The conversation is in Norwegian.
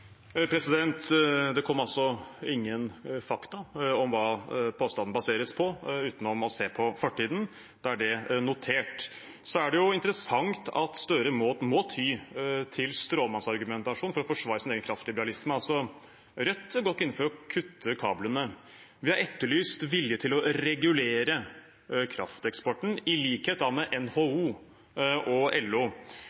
Det kom altså ingen fakta om hva påstanden baseres på, utenom å se på fortiden. Da er det notert. Det er interessant at Støre må ty til stråmannsargumentasjon for å forsvare sin egen kraftliberalisme. Rødt går ikke inn for å kutte kablene. Vi har etterlyst vilje til å regulere krafteksporten, i likhet med NHO